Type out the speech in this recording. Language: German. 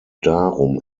darum